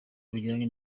bujyanye